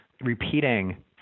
repeating